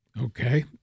Okay